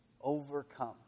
overcome